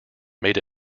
made